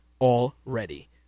already